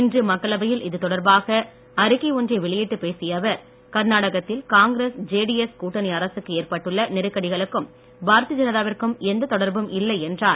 இன்று மக்களவையில் இது தொடர்பாக அறிக்கை ஒன்றை வெளியிட்டு பேசிய அவர் கர்நாடகத்தில் காங்கிரஸ் ஜேடிஎஸ் கூட்டணி அரசுக்கு ஏற்பட்டுள்ள நெருக்கடிகளுக்கும் பாரதிய ஜனதாவிற்கும் எந்தத் தொடர்பும் இல்லை என்றார்